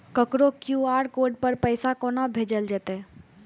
ककरो QR code पर पैसा कोना भेजल जेतै?